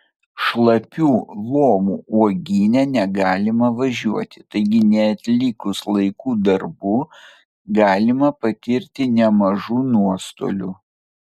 šlapių lomų uogyne negalima važiuoti taigi neatlikus laiku darbų galima patirti nemažų nuostolių